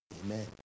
Amen